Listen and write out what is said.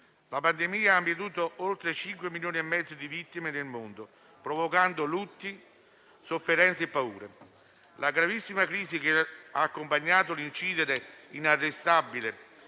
la pandemia ha mietuto oltre 5,5 milioni di vittime nel mondo, provocando lutti, sofferenze e paure. La gravissima crisi che ha accompagnato l'incedere inarrestabile